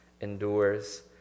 endures